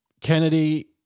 Kennedy